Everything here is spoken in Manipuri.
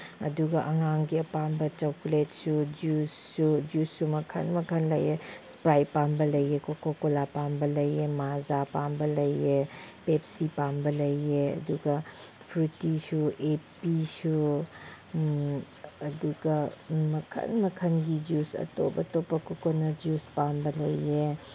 ꯑꯗꯨꯒ ꯑꯉꯥꯡꯒꯤ ꯑꯄꯥꯝꯕ ꯆꯣꯀꯂꯦꯠꯁꯨ ꯖꯨꯁꯁꯨ ꯖꯨꯁꯁꯨ ꯃꯈꯟ ꯃꯈꯟ ꯂꯩꯌꯦ ꯏꯁꯄ꯭ꯔꯥꯏꯠ ꯄꯥꯝꯕ ꯂꯩꯌꯦ ꯀꯣꯀꯣ ꯀꯣꯂꯥ ꯄꯥꯝꯕ ꯂꯩꯌꯦ ꯃꯥꯖꯥ ꯄꯥꯝꯕ ꯂꯩꯌꯦ ꯄꯦꯞꯁꯤ ꯄꯥꯝꯕ ꯂꯩꯌꯦ ꯑꯗꯨꯒ ꯐ꯭ꯔꯨꯇꯤꯁꯨ ꯑꯦꯄꯤꯁꯨ ꯑꯗꯨꯒ ꯃꯈꯟ ꯃꯈꯟꯒꯤ ꯖꯨꯁ ꯑꯇꯣꯞ ꯑꯇꯣꯞꯄ ꯀꯣꯀꯣꯅꯠ ꯖꯨꯁ ꯄꯥꯝꯕ ꯂꯩꯌꯦ